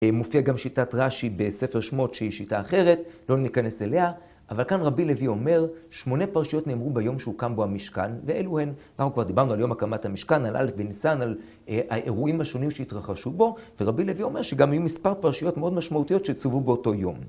מופיעה גם שיטת רש"י בספר שמות שהיא שיטה אחרת, לא ניכנס אליה. אבל כאן רבי לוי אומר, שמונה פרשיות נאמרו ביום שהוא קם בו המשכן, ואלו הן, אנחנו כבר דיברנו על יום הקמת המשכן, על אלף בניסן, על האירועים השונים שהתרחשו בו, ורבי לוי אומר שגם היו מספר פרשיות מאוד משמעותיות שצוו באותו יום.